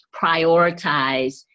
prioritize